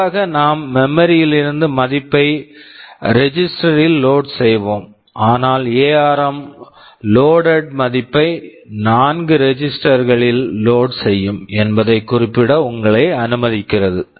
பொதுவாக நாம் memory memory யிலிருந்து மதிப்பை ரெஜிஸ்டர் register ல் லோட் load செய்வோம் ஆனால் எஆர்ம் ARM லோடெட் loaded மதிப்பை 4 ரெஜிஸ்டர் register களில் லோட் load செய்யும் என்பதைக் குறிப்பிட உங்களை அனுமதிக்கிறது